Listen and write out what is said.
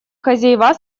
хозяева